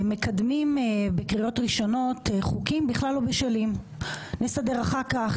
מקדמים בקריאות ראשונות חוקים לא בשלים בכלל נסדר אחר כך,